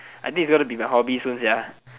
I think it's gonna be my hobby soon sia